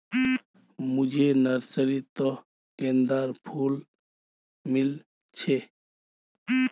मुझे नर्सरी त गेंदार फूल मिल छे